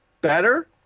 better